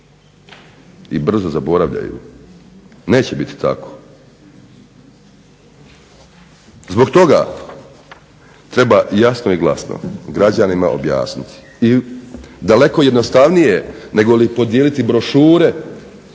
i brzo zaboravljaju? Neće biti tako! Zbog toga treba jasno i glasno građanima objasniti i daleko jednostavnije negoli podijeliti brošure